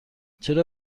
چرا